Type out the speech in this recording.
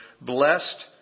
Blessed